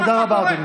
תודה רבה.